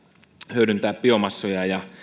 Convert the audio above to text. hyödyntää biomassoja ja